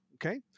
Okay